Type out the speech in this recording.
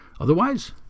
Otherwise